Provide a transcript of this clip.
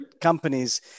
companies